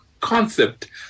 concept